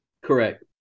Correct